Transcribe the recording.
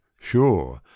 sure